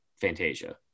Fantasia